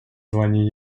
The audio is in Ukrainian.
звані